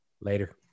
Later